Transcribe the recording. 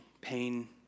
pain